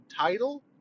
title